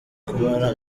kumara